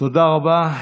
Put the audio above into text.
תודה רבה.